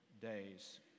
days